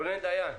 רונן דיין.